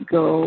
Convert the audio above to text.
go